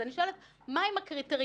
בשבוע הקרוב ובכלל.